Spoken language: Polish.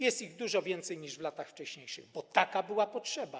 Jest ich dużo więcej niż w latach wcześniejszych, bo była taka potrzeba.